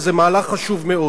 וזה מהלך חשוב מאוד.